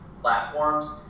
Platforms